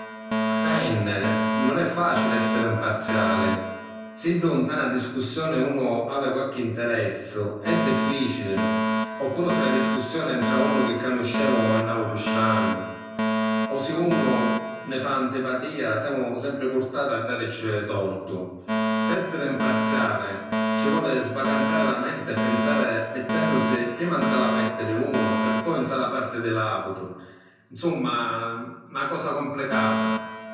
Dipenni, nun è facili esseri imparziali. Siddu nta na discussioni unu havi qualchi interessu è difficili, oppuru si’ la discussioni è ntra unu chi canuscemu e n’autru straniu. O si’ unu nni fa antipatia semu sempri purtati a daricci tortu. Pi essiri imparziali ci voli svacantari la menti e pinsari mittennusi prima nta la parti di unu e poi nta la parti di l’autru. ‘Nsumma, na cosa complicata.